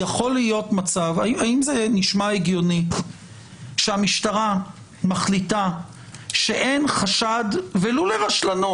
זה נשמע הגיוני שהמשטרה מחליטה שאין חשד ולו לרשלנות?